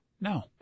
No